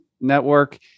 network